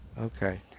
Okay